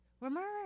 Remember